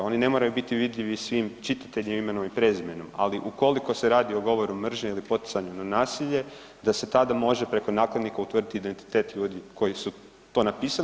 Oni ne moraju biti vidljivi svim čitateljima imenom i prezimenom, ali ukoliko se radi o govoru mržnje ili poticanju na nasilje da se tada može preko nakladnika utvrditi identitet ljudi koji su to napisali.